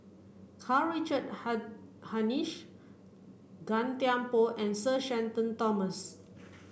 Karl Richard Hanitsch Gan Thiam Poh and Sir Shenton Thomas